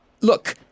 Look